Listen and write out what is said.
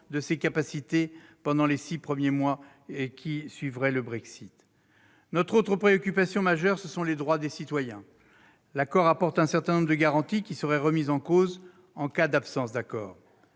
de ses capacités pendant les six premiers mois qui suivraient le Brexit ! Notre autre préoccupation majeure, ce sont les droits des citoyens. L'accord apporte un certain nombre de garanties qui, en son absence, seraient